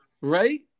right